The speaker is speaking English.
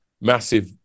massive